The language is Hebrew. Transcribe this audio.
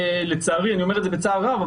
אני אומר את זה בצער רב,